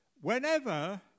Whenever